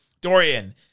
Dorian